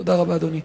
תודה רבה, אדוני.